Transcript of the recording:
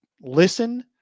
listen